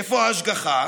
איפה ההשגחה?